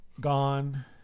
gone